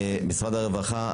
משרד הרווחה.